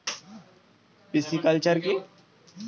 Pisciculture কি?